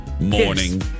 morning